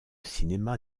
cinéma